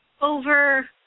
over